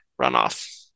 runoff